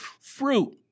fruit